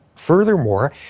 Furthermore